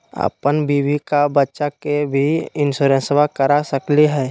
अपन बीबी आ बच्चा के भी इंसोरेंसबा करा सकली हय?